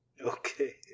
Okay